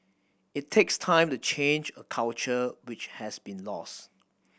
it takes time to change a culture which has been lost